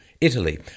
Italy